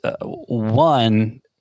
One